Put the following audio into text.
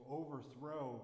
overthrow